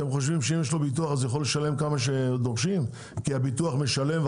אתם חושבים שיש לו ביטוח אז הוא יכול לשלם כמה שדורשים כי הביטוח משלם?